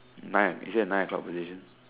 nine is it the nine o-clock position